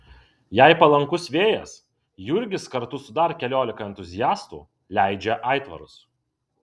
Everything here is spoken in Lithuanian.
jei palankus vėjas jurgis kartu su dar keliolika entuziastų leidžia aitvarus